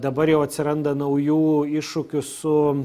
dabar jau atsiranda naujų iššūkių su